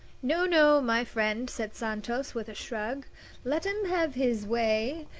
no, no, my friend, said santos, with a shrug let him have his way.